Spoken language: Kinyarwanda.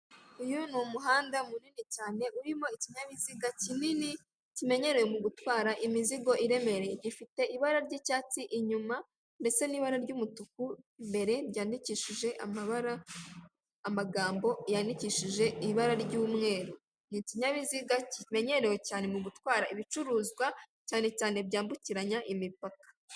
Uyu ni umuhanda munini cyane, urimo ikinyabiziga kinini kimenyerewe mu gutwara imizigo iremereye. Gifite ibara ry'icyatsi inyuma, ndetse n'ibara ry'umutuku imbere, ryandikishije amabara amagambo yandikishije ibara ry'umweru. Ni ikinyabiziga kimenyerewe cyane mu gutwara ibicuruzwa cyane cyane byambukiranya imipaka.